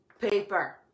paper